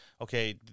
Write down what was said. okay—